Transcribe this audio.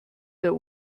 der